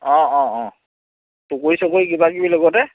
অ' অ' অ' পকৰী চকৰী কিবা কিবি লগতে